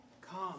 Come